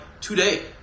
today